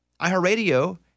iHeartRadio